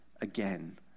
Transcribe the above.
again